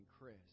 Chris